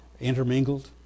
intermingled